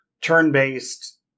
turn-based